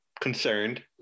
concerned